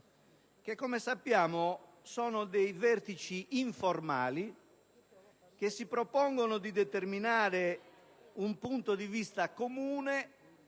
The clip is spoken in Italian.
(che, come sappiamo, sono vertici informali che si propongono di determinare un punto di vista comune